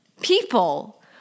People